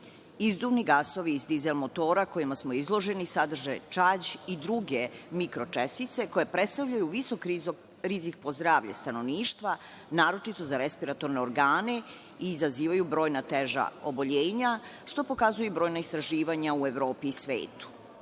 Izduvni gasovi iz dizel motora, kojima smo izloženi, sadrže čađ i druge mikro čestice koje predstavljaju visok rizik po zdravlje stanovništva, naročito za respiratorne organe i izazivaju brojna teža oboljenja što pokazuje i brojna istraživanja u Evropi i svetu.U